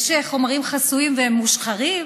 יש חומרים חסויים והם מושחרים